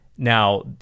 Now